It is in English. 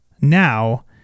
now